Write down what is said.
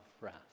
wrath